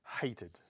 hated